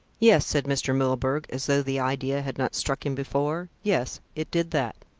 yes, said mr. milburgh, as though the idea had not struck him before, yes, it did that.